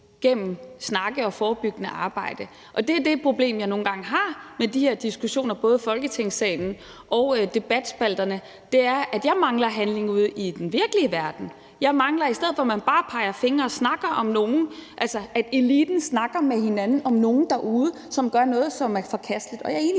gennem snakke og forebyggende arbejde. Det er det problem, jeg nogle gange har med de her diskussioner i både Folketingssalen og i debatspalterne, nemlig at jeg mangler at se handling i den virkelige verden. Jeg mangler at se, at man ikke bare peger fingre ad nogen og snakker om nogen, altså at man ikke bare snakker med hinanden i eliten om nogen derude, som gør noget, der er forkasteligt. Jeg er enig